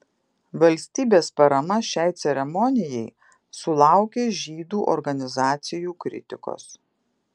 valstybės parama šiai ceremonijai sulaukė žydų organizacijų kritikos